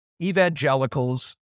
evangelicals